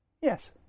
yes